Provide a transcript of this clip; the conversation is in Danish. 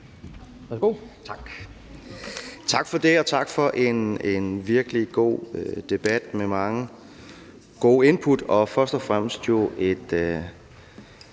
Tak for det. Og tak for en virkelig god debat med mange gode input og først og fremmest et